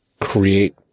create